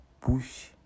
push